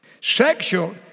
Sexual